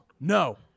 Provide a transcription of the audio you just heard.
No